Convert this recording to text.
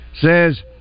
says